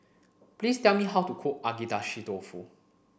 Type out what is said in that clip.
please tell me how to cook Agedashi Dofu